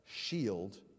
shield